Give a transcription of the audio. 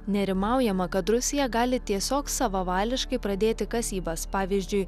nerimaujama kad rusija gali tiesiog savavališkai pradėti kasybas pavyzdžiui